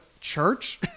church